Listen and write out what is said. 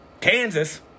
Kansas